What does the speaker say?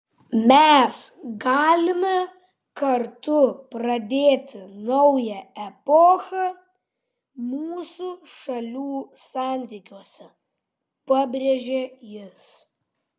mes galime kartu pradėti naują epochą mūsų šalių santykiuose pabrėžė jis